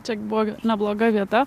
čia buvo nebloga vieta